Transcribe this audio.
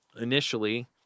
Initially